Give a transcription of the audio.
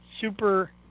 super